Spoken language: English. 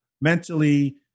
mentally